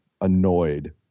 annoyed